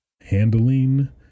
handling